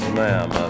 ma'am